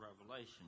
revelation